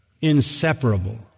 inseparable